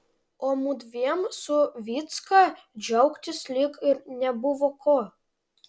o mudviem su vycka džiaugtis lyg ir nebuvo ko